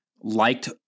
liked